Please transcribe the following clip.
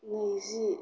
नैजि